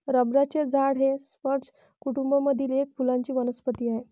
रबराचे झाड हे स्पर्ज कुटूंब मधील एक फुलांची वनस्पती आहे